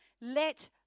Let